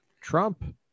trump